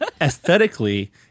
aesthetically